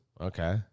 Okay